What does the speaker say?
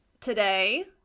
today